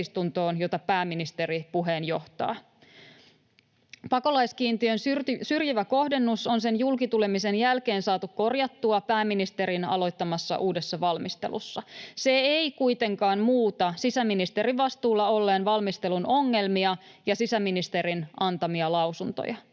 jota pääministeri puheenjohtaa. Pakolaiskiintiön syrjivä kohdennus on sen julki tulemisen jälkeen saatu korjattua pääministerin aloittamassa uudessa valmistelussa. Se ei kuitenkaan muuta sisäministerin vastuulla olleen valmistelun ongelmia ja sisäministerin antamia lausuntoja.